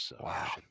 Wow